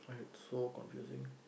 like so confusing